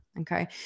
Okay